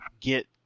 get